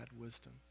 wisdom